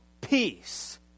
peace